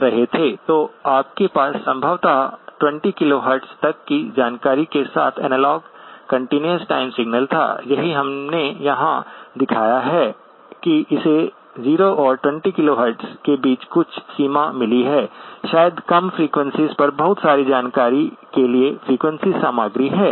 तो आपके पास संभवतः 20 KHz तक की जानकारी के साथ एनालॉग कंटीन्यूअस टाइम सिग्नलथा यही हमने यहां दिखाया है कि इसे 0 और 20 KHz के बीच कुछ सीमा मिली है शायद कम फ्रेक्वेंसीएस पर बहुत सारी जानकारी है लेकिन फ़्रीक्वेंसी सामग्री है